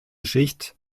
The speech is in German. schicht